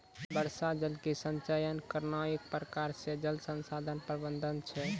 वर्षा जल के संचयन करना एक प्रकार से जल संसाधन प्रबंधन छै